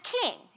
king